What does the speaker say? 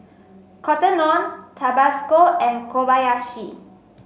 Cotton On Tabasco and Kobayashi